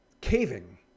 caving